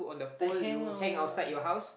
the hanger